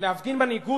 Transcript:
להפגין מנהיגות.